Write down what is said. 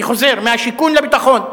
אני חוזר: מהשיכון לביטחון.